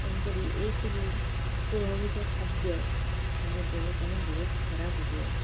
ତେଣୁ କରି ଏଇସବୁ ଅସ୍ୱଭାବିକ ଖାଦ୍ୟ ତାଙ୍କ ଦେହ ପାଇଁ ବହୁତ ଖରାପ ହୁଏ